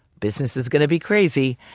business is going to be crazy.